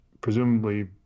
presumably